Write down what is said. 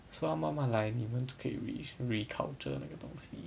so 他慢慢来你们就可以 re~ reculture 那个东西